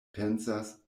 pensas